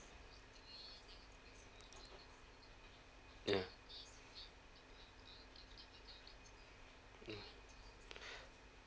yeah